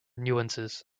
nuances